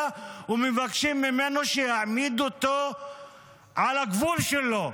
ומבקשים ממנו שיעמיד אותו על הגבול שלו.